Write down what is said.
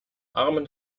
armen